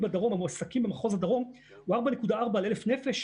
במחוז הדרום הוא 4.4 ל-1,000 נפש,